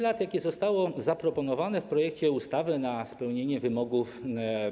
Czas, jaki został zaproponowany w projekcie ustawy na spełnienie wymogów z